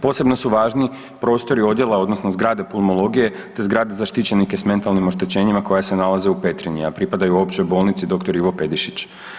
Posebno su važni prostori odjela odnosno zgrade pulmologije te zgrade za štićenike s mentalnim oštećenjima koja se nalaze u Petrinji, a pripadaju Općoj bolnici dr. Ivo Pedišić.